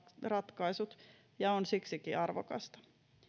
ratkaisut ja on siksikin arvokasta